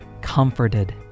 comforted